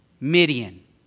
Midian